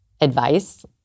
advice